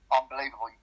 unbelievable